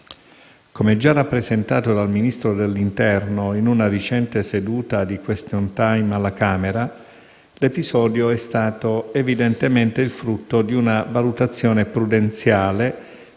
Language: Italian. Come già rappresentato dal Ministro dell'interno in una recente seduta di *question time* alla Camera, l'episodio è stato evidentemente il frutto di una valutazione prudenziale